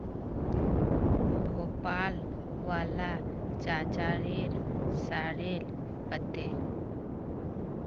भोपाल वाला चाचार सॉरेल पत्ते